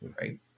right